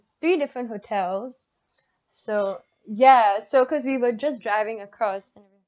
three different hotels so ya so cause we were just driving across